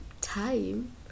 time